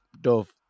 dove